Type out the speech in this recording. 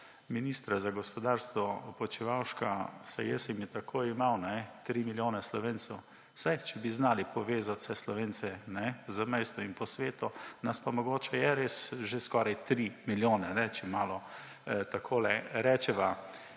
ministra za gospodarstvo Počivalška, vsaj jaz sem jo tako jemal, tri milijone Slovencev, saj če bi znali povezati vse Slovence v zamejstvu in po svetu, nas pa mogoče je res že skoraj tri milijone, če malo takole rečeva,